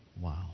Wow